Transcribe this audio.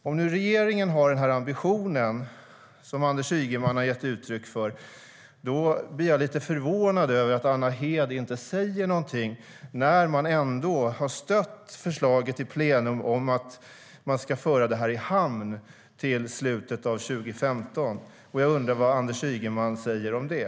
Om regeringen har den ambition som Anders Ygeman har gett uttryck för blir jag lite förvånad över att Anna Hedh inte sa något när man ändå har stött förslaget i plenum om att detta ska föras i hamn till slutet av 2015. Jag undrar vad Anders Ygeman säger om det.